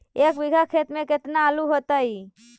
एक बिघा खेत में केतना आलू होतई?